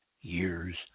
years